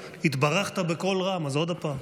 התברכת בקול רם, אז עוד פעם.